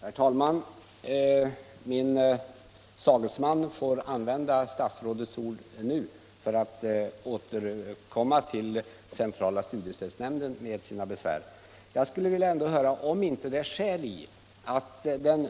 Herr talman! Min sagesman får väl då anföra besvär hos centrala studiestödsnämnden och därvid hänvisa till statsrådets uttalanden. Jag vill ändå fråga om det inte vore skäl att ge